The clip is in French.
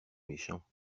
méchants